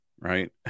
right